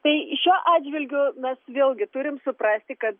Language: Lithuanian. tai šiuo atžvilgiu mes vėlgi turim suprasti kad